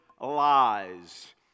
lies